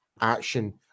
action